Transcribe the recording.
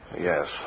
Yes